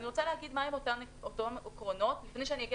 אני רוצה להגיד מהם אותם עקרונות לפני שאגיע